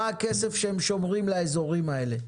נבקש לדעת כמה כסף הם שומרים לאזורים האלה.